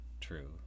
true